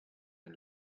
and